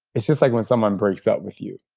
it's just like when someone breaks up with you.